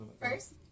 First